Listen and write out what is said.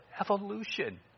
Evolution